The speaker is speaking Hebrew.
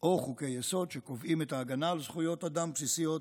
או חוקי-יסוד שקובעים את ההגנה על זכויות אדם בסיסיות,